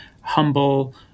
humble